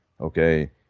Okay